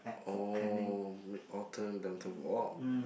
oh Mid Autumn then to walk